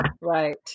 Right